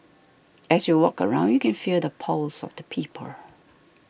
as you walk around you can feel the pulse of the people